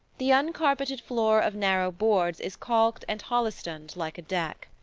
the uncarpeted floor of narrow boards is caulked and holystoned like a deck.